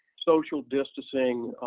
social distancing,